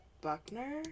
Buckner